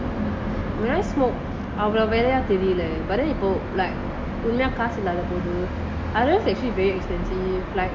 when I smoke அவ்ளோவா வேலைய தெரில:avlova velaya terila but then like காசு இல்லாத போது:kaasu illatha pothu I realise it's actually very expensive